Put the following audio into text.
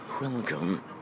Welcome